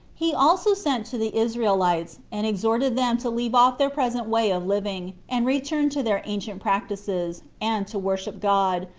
he also sent to the israelites, and exhorted them to leave off their present way of living, and return to their ancient practices, and to worship god,